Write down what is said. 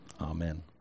amen